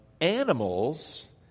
Animals